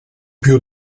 più